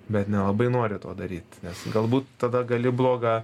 bet nelabai nori to daryt nes galbūt tada gali blogą